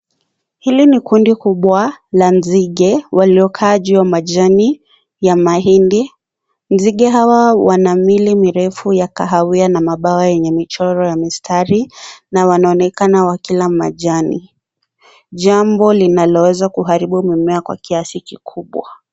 Hili ni kundi kubwa la nzige waliokaa juu ya majani ya mahindi, nzige hawa wana miili mirefu ya kahawia na mabawa yenye michoro ya mistari na wanaonekana wakila majani, jambo linalo weza kuharibu mimea kw akiasi kikubwa.